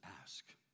ask